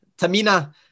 Tamina